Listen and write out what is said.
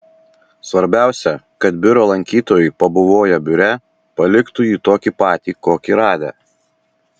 svarbiausia kad biuro lankytojai pabuvoję biure paliktų jį tokį patį kokį radę